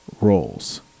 roles